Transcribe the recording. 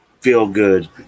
feel-good